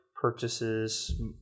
purchases